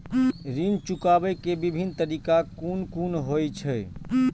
ऋण चुकाबे के विभिन्न तरीका कुन कुन होय छे?